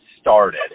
started